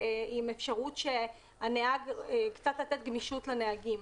עם אפשרות לתת גמישות לנהגים